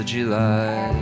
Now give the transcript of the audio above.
July